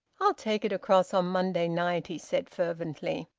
i'll take it across on monday night, he said fervently.